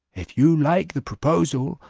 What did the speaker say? if you like the proposal,